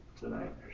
tonight